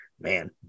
man